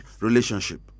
relationship